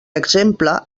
exemple